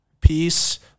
peace